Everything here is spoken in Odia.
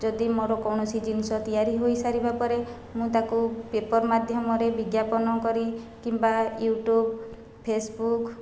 ଯଦି ମୋ'ର କୌଣସି ଜିନିଷ ତିଆରି ହୋଇସାରିବା ପରେ ମୁଁ ତା'କୁ ପେପର ମାଧ୍ୟମରେ ବିଜ୍ଞାପନ କରି କିମ୍ବା ୟୁଟ୍ୟୁବ ଫେସବୁକ୍